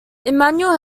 emanuel